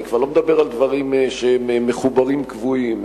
אני כבר לא מדבר על דברים שהם מחוברים קבועים,